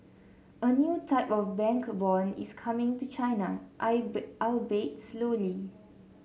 a new type of bank bond is coming to China albeit slowly